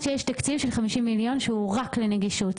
שיש תקציב של 50 מיליון שהוא רק לנגישות.